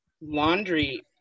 laundry